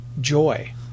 joy